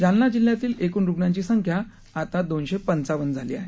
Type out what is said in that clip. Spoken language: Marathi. जालना जिल्ह्यातील एकूण रुग्णांची संख्या आता दोनशे पंचावन्न झाली आहे